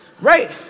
Right